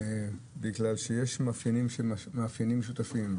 בגלל שיש מאפיינים משותפים.